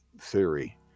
Theory